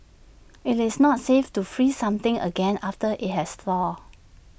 IT is not safe to freeze something again after IT has thawed